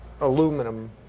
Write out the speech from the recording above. aluminum